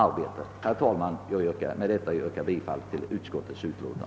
Herr talman, med detta ber jag att få yrka bifall till utskottets hemställan.